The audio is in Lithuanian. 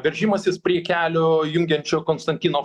veržimasis prie kelio jungiančio konstantino